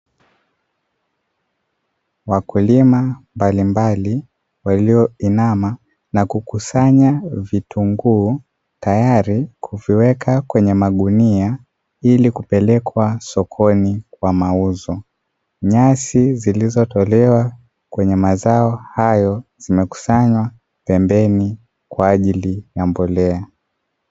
Wakulima mbalimbali walioinama na kukusanya vitunguu tayari kuviweka kwenye magunia ili kupelekwa sokoni kwa mauzo, nyasi zilizotolewa kwenye mazao hayo zimekusanywa pembeni kwa ajili ya mbolea.